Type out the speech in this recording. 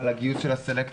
בעניין גיוס הסלקטורים.